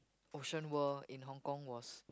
Ocean World in Hong-Kong was